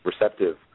receptive